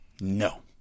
no